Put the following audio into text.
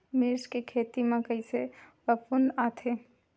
मिर्च के खेती म कइसे फफूंद आथे?